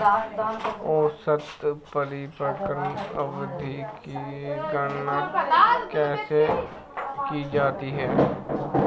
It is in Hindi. औसत परिपक्वता अवधि की गणना कैसे की जाती है?